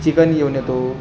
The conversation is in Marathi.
चिकन घेऊन येतो